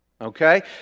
okay